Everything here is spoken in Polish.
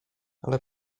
ale